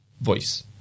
voice